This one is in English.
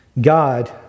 God